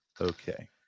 Okay